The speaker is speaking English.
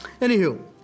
Anywho